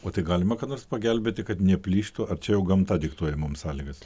o tai galima ką nors pagelbėti kad neplyštų ar čia jau gamta diktuoja mum sąlygas